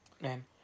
Man